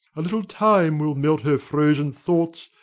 a little time will melt her frozen thoughts,